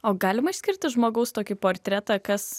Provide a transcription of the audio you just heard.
o galima išskirti žmogaus tokį portretą kas